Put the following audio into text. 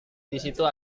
disitu